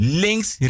links